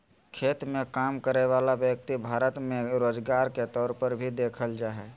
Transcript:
खेत मे काम करय वला व्यक्ति भारत मे रोजगार के तौर पर भी देखल जा हय